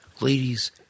Ladies